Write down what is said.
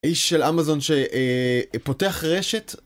איש של אמזון שפותח רשת